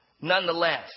nonetheless